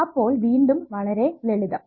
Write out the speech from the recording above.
അപ്പോൾ വീണ്ടും വളരെ ലളിതം